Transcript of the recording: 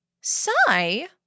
Sigh